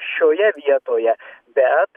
šioje vietoje bet